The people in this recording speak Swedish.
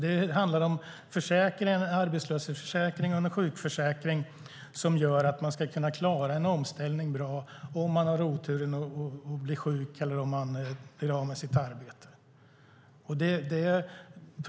Det handlar om arbetslöshetsförsäkring och sjukförsäkring som gör att man ska kunna klara en omställning bra om man har oturen att bli sjuk eller bli av med sitt arbete.